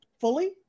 fully